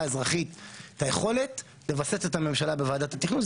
האזרחית את היכולת לווסת את הממשלה בוועדת התכנון.